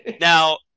Now